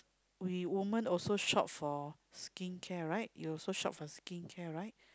we woman also shop for skin care right you also shop for skin care right